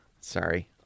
Sorry